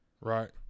Right